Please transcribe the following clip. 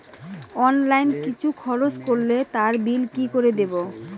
Online কিছু খরচ করলে তার বিল কি করে দেবো?